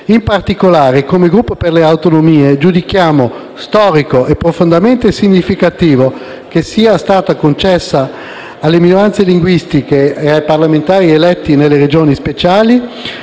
In particolare, come Gruppo Per le Autonomie, giudichiamo storico e profondamente significativo che sia stata concessa alle minoranze linguistiche e ai parlamentari eletti nelle Regioni speciali